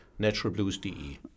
NaturalBlues.de